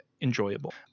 enjoyable